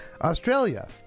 Australia